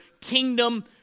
kingdom